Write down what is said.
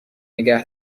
نگه